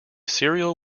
serial